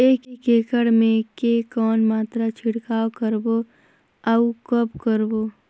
एक एकड़ मे के कौन मात्रा छिड़काव करबो अउ कब करबो?